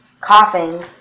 Coughing